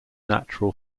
natural